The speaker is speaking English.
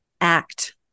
act